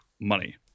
money